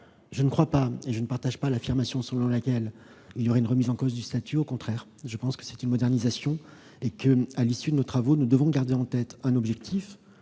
Je ne crois pas et je ne partage pas l'affirmation selon laquelle il y aurait une remise en cause du statut. Au contraire, je pense que c'est une modernisation. À l'issue de nos travaux, nous devons garder en tête un objectif,